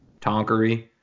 Tonkery